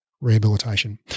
Rehabilitation